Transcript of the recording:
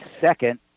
second